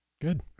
good